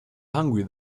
hungry